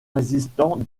résistant